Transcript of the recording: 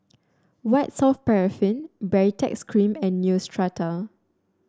White Soft Paraffin Baritex Cream and Neostrata